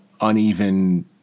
uneven